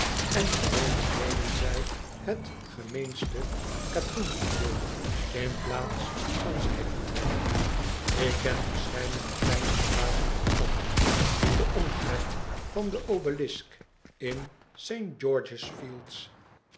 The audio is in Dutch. en gewoonlijk nemen zij het gemeenste katoen fluweel in plaats van zij fluweel ik ken verscheidene kleine straten met katten in den omtrek van den obelisk in saint george's fields